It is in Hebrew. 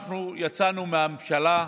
אנחנו יצאנו מהממשלה,